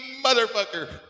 motherfucker